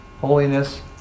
Holiness